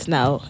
now